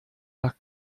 nach